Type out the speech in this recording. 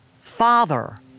Father